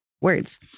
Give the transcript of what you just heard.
Words